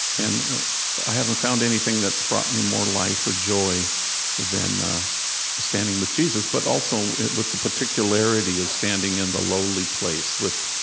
and i haven't found anything that's brought me more life or joy than standing with jesus, but also with the particularity of standing in the lowly place with